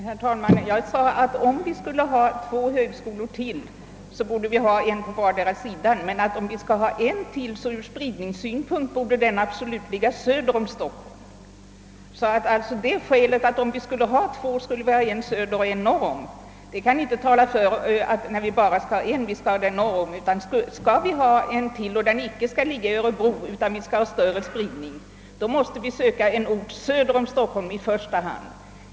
Herr talman! Jag sade att om vi skulle ha två gymnastikhögskolor till, borde en ligga norr om och en söder om Stockholm, men om vi endast skall ha en ytterligare gymnastikhögskola, bör den ur spridningssynpunkt absolut förläggas söder om Stockholm. Skälet till att av två nya högskolor den ena borde förläggas norr om Stockholm och den andra söder om Stockholm kan inte anföras för att den enda nya högskolan bör förläggas norr om Stockholm. Om denna högskola med hänsyn till önskvärdheten av större spridning av utbildningen icke skall ligga i Örebro måste vi söka finna en lämplig ort söder om Stockholm i första hand.